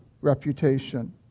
reputation